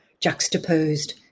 juxtaposed